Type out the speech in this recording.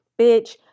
bitch